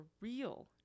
real